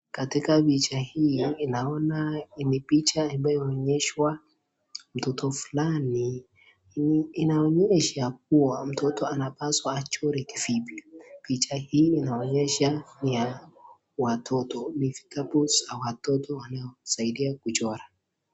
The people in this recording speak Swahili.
Katika picha hii naona ni picha inayooshwa mtoto fulani inaonyesha kuwa mtoto anapashwa achore kivipi picha picha hii inaonyesha ni ya watoto ni vitabu vya watoto wanosaidia kuchora.